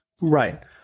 Right